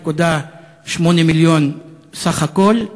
22.8 מיליון שקל בסך הכול.